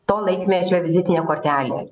to laikmečio vizitinė kortelė